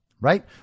right